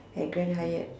at Grand-Hyatt